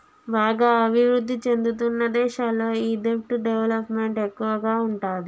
బాగా అభిరుద్ధి చెందుతున్న దేశాల్లో ఈ దెబ్ట్ డెవలప్ మెంట్ ఎక్కువగా ఉంటాది